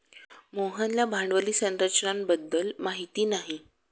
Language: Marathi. मोहनला भांडवली संरचना बद्दल माहिती नाही